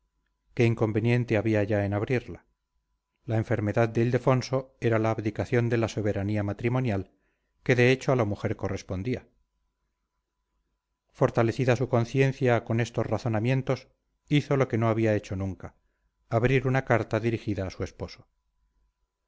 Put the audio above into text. qué inconveniente había ya en abrirla la enfermedad de ildefonso era la abdicación de la soberanía matrimonial que de hecho a la mujer correspondía fortalecida su conciencia con estos razonamientos hizo lo que no había hecho nunca abrir una carta dirigida a su esposo